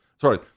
Sorry